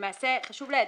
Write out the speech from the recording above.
למעשה חשוב להדגיש,